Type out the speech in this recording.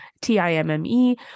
T-I-M-M-E